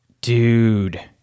Dude